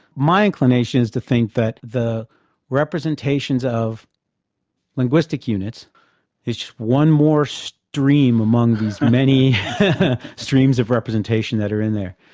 my inclination inclination is to think that the representations of linguistic units is just one more stream among these many streams of representation that are in there,